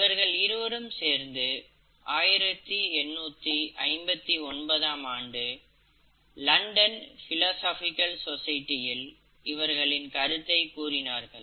இவர்கள் இருவரும் சேர்ந்து 1859 ஆம் ஆண்டு லண்டன் ஃபிலோசோஃபிகல் சொசைட்டி இல் இவர்களின் கருத்தை கூறினர்